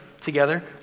together